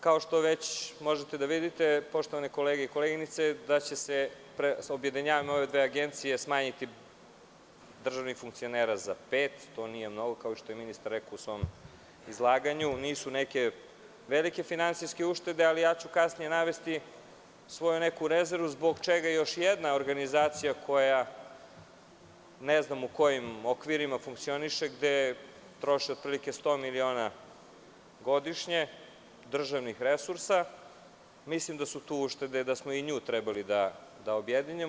Kao što već možete da vidite, poštovane kolege, objedinjavanjem ove dve agencije, smanjiće se broj državnih funkcionera za pet, to nije mnogo, kao što je ministar rekao u svom izlaganju, to nisu neke velike finansijske uštede, ali ja ću kasnije navesti svoju neku rezervu, zbog čega još jedna organizacija koja, ne znam u kojim okvirima funkcioniše, gde troši otprilike 100 miliona godišnje državnih resursa, jer mislim da su tu uštede i da i nju treba da objedinimo.